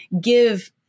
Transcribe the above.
give